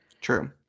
true